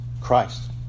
Christ